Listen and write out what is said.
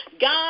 God